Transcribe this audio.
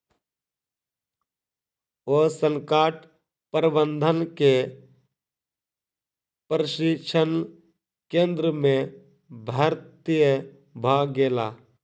ओ संकट प्रबंधन के प्रशिक्षण केंद्र में भर्ती भ गेला